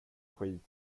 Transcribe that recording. skit